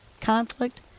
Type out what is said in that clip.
conflict